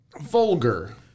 vulgar